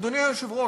אדוני היושב-ראש,